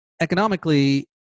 economically